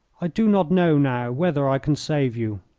i do not know now whether i can save you,